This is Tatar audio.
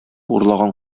урлаган